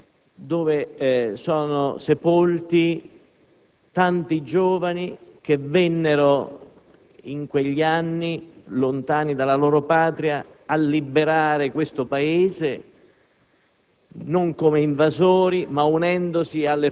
in Italia, come quelli americani, dove sono sepolti tanti giovani che vennero in quegli anni, lontani dalla loro patria a liberare questo Paese